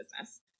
business